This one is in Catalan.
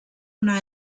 una